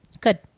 Good